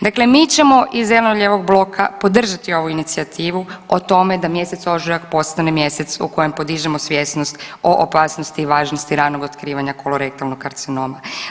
Dakle, mi ćemo iz zeleno-lijevog bloka podržati ovu inicijativu o tome da mjesec ožujak postane mjesec u kojem podižemo svjesnost o opasnosti i važnosti ranog otkrivanja kolorektalnog karcinoma.